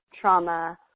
trauma